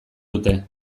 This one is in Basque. dute